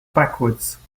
backwards